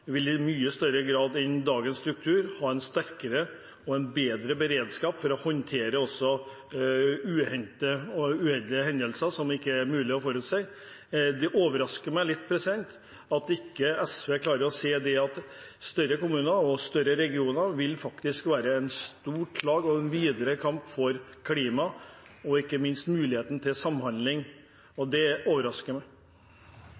i mye større grad enn med dagens struktur vil ha en sterkere og bedre beredskap for å håndtere også uheldige hendelser som det ikke er mulig å forutsi. Det overrasker meg litt at ikke SV klarer å se at større kommuner og større regioner faktisk vil være et stort slag og en videre kamp for klima og ikke minst for muligheten til samhandling.